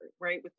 right